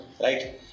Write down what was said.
Right